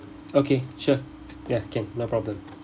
okay sure ya can no problem